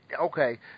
okay